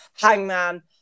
Hangman